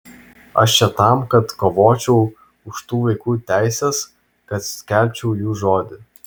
aš čia tam kad kovočiau už tų vaikų teises kad skelbčiau jų žodį